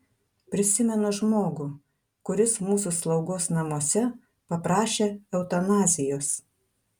prisimenu žmogų kuris mūsų slaugos namuose paprašė eutanazijos